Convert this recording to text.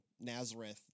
Nazareth